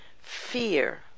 fear